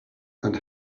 and